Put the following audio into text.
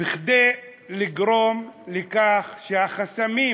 כדי לגרום לכך שהחסמים